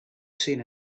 seen